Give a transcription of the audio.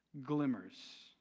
Glimmers